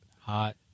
hot